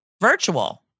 virtual